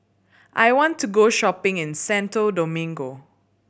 I want to go shopping in Santo Domingo